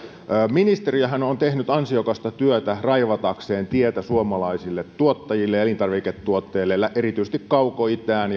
ministeriöhän on tehnyt ansiokasta työtä raivatakseen tietä suomalaisille tuottajille ja elintarviketuottajille erityisesti kaukoitään